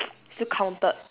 still counted